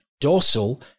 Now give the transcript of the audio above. dorsal